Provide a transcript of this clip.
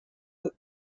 loop